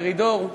מרידור,